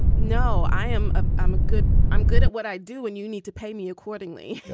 no, i am a i'm a good i'm good at what i do when you need to pay me accordingly.